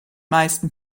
meisten